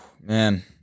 Man